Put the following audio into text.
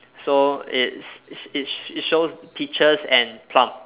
so it's it's it's shows peaches and plum